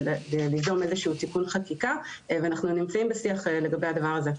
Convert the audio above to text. ליזום איזשהו תיקון חקיקה ואנחנו נמצאים בשיח לגבי הדבר הזה.